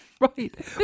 Right